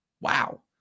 wow